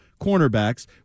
cornerbacks